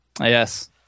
yes